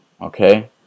okay